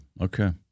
okay